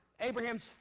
Abraham's